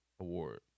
Award